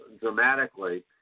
dramatically